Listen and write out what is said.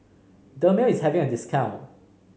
dermale is having a discount